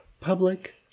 Public